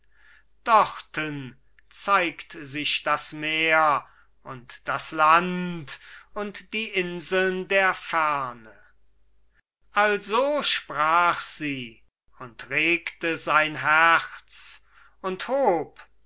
dorten zeigt sich das meer und das land und die inseln der ferne also sprach sie und regte sein herz und hob